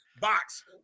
box